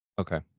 Okay